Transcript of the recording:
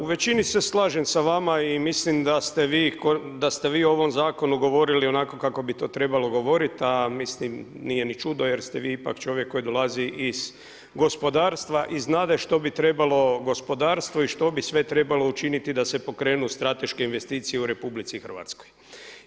U većini se slažem sa vama i mislim da ste vi o ovom zakonu govorili onako kako bi to trebalo govoriti, a mislim nije ni čudo jer ste vi ipak čovjek koji dolazi iz gospodarstva i znate što bi trebalo gospodarstvu i što bi sve trebalo učiniti da se pokrenu strateške investicije u Republici Hrvatskoj.